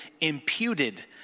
imputed